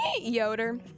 Yoder